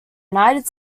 united